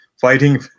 fighting